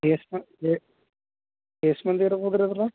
ಎಷ್ಟು ಮ ಎಷ್ಟು ಮಂದಿ ಇರ್ಬೋದು ರೀ ಅದ್ರಾಗ